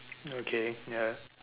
okay ya